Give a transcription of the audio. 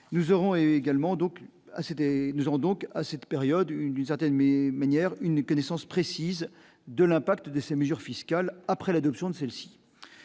nous avons donc à cette période d'une certaine mais manières une connaissance précise de l'impact de ces mesures fiscales après l'adoption de celle-ci,